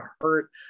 hurt